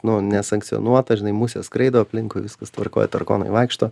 nu nesankcionuota žinai musės skraido aplinkui viskas tvarkoj tarakonai vaikšto